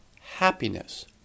happiness